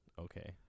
Okay